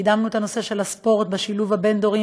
קידמנו את הנושא של ספורט בשילוב בין-דורי,